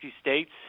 states